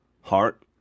heart